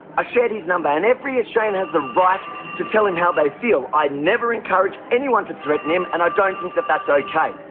i shared his number and every australian has the right to tell him how they feel. i never encouraged anyone to threaten him, and i don't think that's ok.